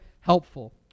helpful